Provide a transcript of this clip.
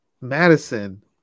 Madison